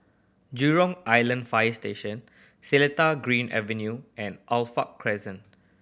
Jurong Island Fire Station Seletar Green Avenue and Alkaff Crescent